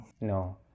no